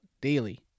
daily